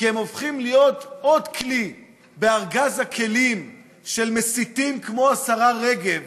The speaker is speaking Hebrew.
כי הם הופכים להיות עוד כלי בארגז הכלים של מסיתים כמו השרה רגב,